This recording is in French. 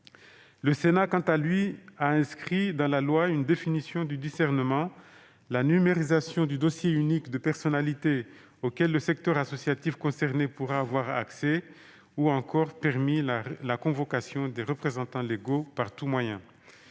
Le Sénat, quant à lui, a inscrit dans la loi une définition du discernement, la numérisation du dossier unique de personnalité, auquel le secteur associatif habilité pourra avoir accès, ou encore la convocation des représentants légaux par tout moyen.